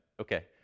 Okay